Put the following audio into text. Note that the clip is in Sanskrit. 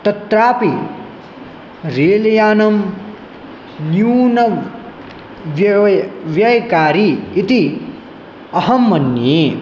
तत्रापि रेलयानं न्यूनव्यव व्ययकारी इति अहं मन्ये